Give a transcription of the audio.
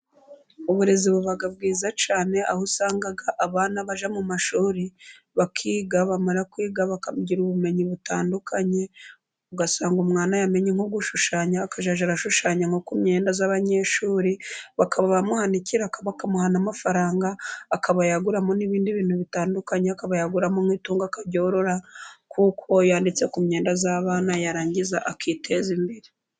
Uburezi buba bwiza cyane, aho usanga abana bajya mu mashuri bakiga, bamara kwiga bakagira ubumenyi butandukanye, ugasanga umwana yamenya nko gushushanya, akazajya ara shushanya ku myenda y'abanyeshuri, bakaba bamuha nk'ikiraka, bakamuha na amafaranga, akabayaguramo n'ibindi bintu bitandukanye, akaba yaguramo itungo akaryorora, kuko yanditse ku myenda y'abana yarangiza akiteza imbere.